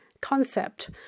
concept